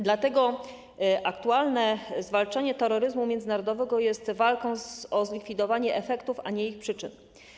Dlatego aktualne zwalczanie terroryzmu międzynarodowego jest walką o zlikwidowanie efektów, a nie ich przyczyn.